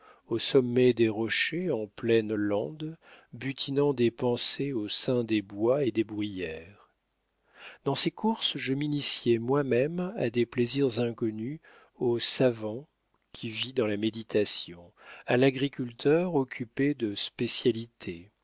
au sommet des rochers en pleines landes butinant des pensées au sein des bois et des bruyères dans ces courses je m'initiai moi-même à des plaisirs inconnus au savant qui vit dans la méditation à l'agriculteur occupé de spécialités